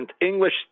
English